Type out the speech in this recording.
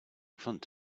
front